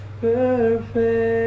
perfect